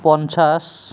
পঞ্চাছ